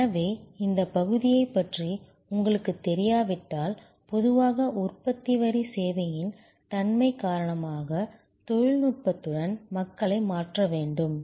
எனவே இந்த பகுதியைப் பற்றி உங்களுக்குத் தெரியாவிட்டால் பொதுவாக உற்பத்தி வரி சேவையின் தன்மை காரணமாக தொழில்நுட்பத்துடன் மக்களை மாற்ற வேண்டாம்